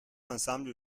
ensemble